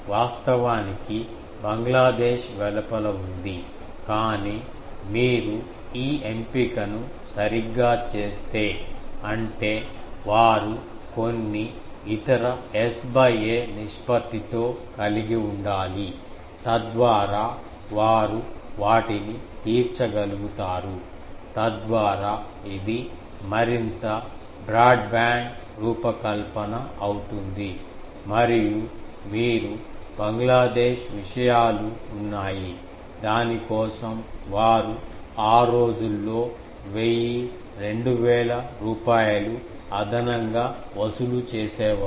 వాస్తవానికి బంగ్లాదేశ్ వెలుపల ఉంది కానీ మీరు ఈ ఎంపికను సరిగ్గా చేస్తే అంటే వారు కొన్ని ఇతర S a నిష్పత్తితో కలిగి ఉండాలి తద్వారా వారు వాటిని తీర్చగలుగుతారు తద్వారా ఇది మరింత బ్రాడ్బ్యాండ్ రూపకల్పన అవుతుంది మరియు మీరు బంగ్లాదేశ్ విషయాలు ఉన్నాయి దాని కోసం వారు ఆ రోజుల్లో 1000 2000 రూపాయలు అదనంగా వసూలు చేసేవారు